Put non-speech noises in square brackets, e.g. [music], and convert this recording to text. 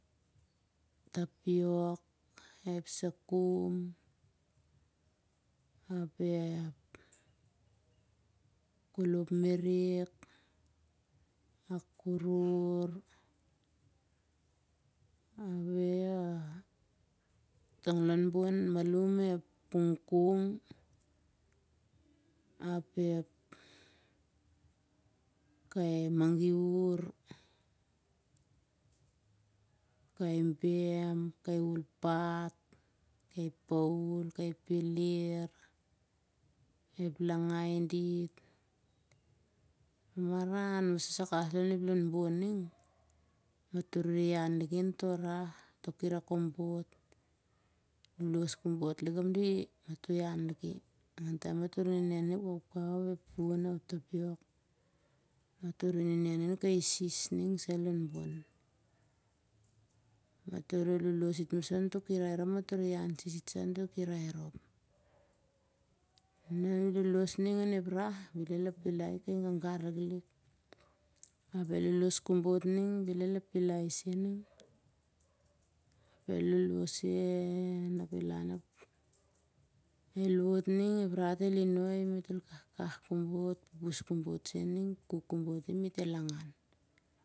Ep tapiok, ep sakum, ap ep kolop merek, a kurur [unintelligible] tah lon bon malum ep kangkong ap ep kai mangiur, kai bem, kai aulpat. kai paul, kai peler ep langai dit. mamaran sen sai kawas lon bon matoh rere ian i on toh rah, toh kirai kobot. lolosh kobot lik ap di, matoh ian liki, ningan taem matoh rere nenen i on ep kaukau. fun. tapiok matoh rere nenen i kai sis ning sai lon bon. matoh rere lolosh itmoso on toh kirai rop. na el lolosh ning on ep rah beln del apilai i kai gagar liklik. ap el lolosh kobot bel el apilai isen ning ap el lolosh sen-ap el han ap el wot ning ep rat el inoi met el kahkah kobot. pupus kobot sen ning kuk kobot i metel angan